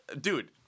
dude